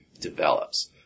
develops